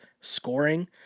scoring